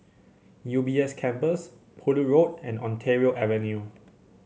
U B S Campus Poole Road and Ontario Avenue